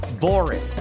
boring